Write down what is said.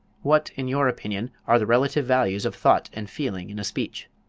what in your opinion are the relative values of thought and feeling in a speech?